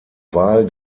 wahl